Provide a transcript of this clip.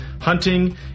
hunting